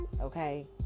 okay